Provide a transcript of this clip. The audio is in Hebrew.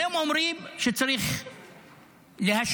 והם אומרים שצריך להשבית,